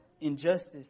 injustice